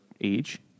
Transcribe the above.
age